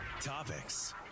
Topics